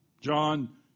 John